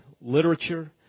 literature